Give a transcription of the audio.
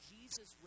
Jesus